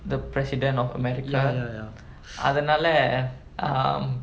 the president of america அதனால:athanaala um